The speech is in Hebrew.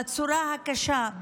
בצורה הקשה,